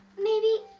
maybe.